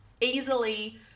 easily